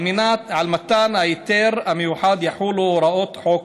על מתן ההיתר המיוחד יחולו הוראות החוק